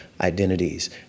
identities